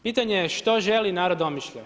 Pitanje je što želi narod Omišlja?